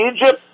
Egypt